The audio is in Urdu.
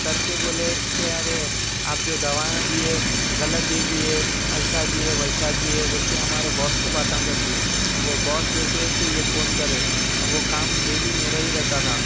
کر کے بولے کہ ارے آپ جو دوایاں دیے غلط دے دیے ایسا دیے ویسا دیے بول کے ہمارے باس کو باتاں کر دیے وہ باس دیکھے کہ یہ کون کرے وہ کام ڈیلی میرا ہی رہتا تھا